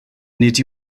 nid